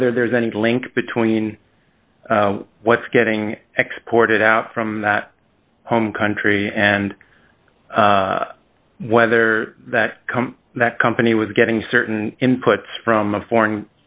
whether there's any link between what's getting exported out from that home country and whether that that company was getting certain inputs from a foreign